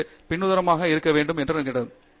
எனவே முன்னும் பின்னுமாக நிறைய இருக்கிறது